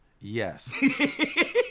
yes